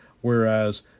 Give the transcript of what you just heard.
whereas